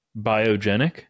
biogenic